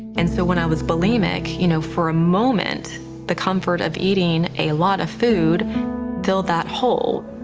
and so when i was bulemic, you know for a moment the comfort of eating a lot of food filled that hole.